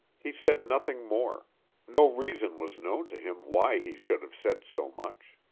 he said nothing more no reason was known to him why he should have said so much.